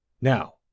Now